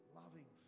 loving